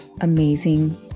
amazing